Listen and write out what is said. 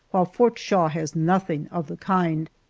while fort shaw has nothing of the kind.